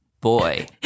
Boy